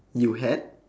you had